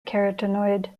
carotenoid